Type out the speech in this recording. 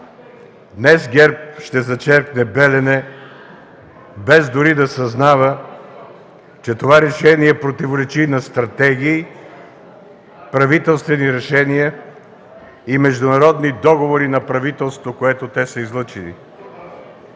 Днес ГЕРБ ще зачеркне „Белене”, дори без да съзнава, че това решение противоречи на стратегии, правителствени решения и международни договори на правителството, което те са излъчили.